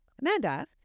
Amanda